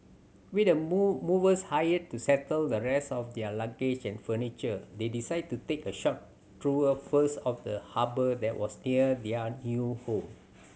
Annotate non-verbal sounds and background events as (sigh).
with the (unintelligible) movers hired to settle the rest of their luggage and furniture they decided to take a short tour first of the harbour that was near their new home